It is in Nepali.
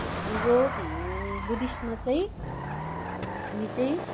हाम्रो बुद्धिस्टमा चाहिँ हामी चाहिँ